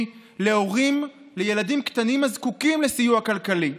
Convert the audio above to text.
להורים לילדים קטנים הזקוקים לסיוע כלכלי.